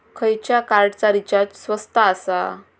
खयच्या कार्डचा रिचार्ज स्वस्त आसा?